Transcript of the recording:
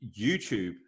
YouTube